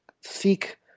seek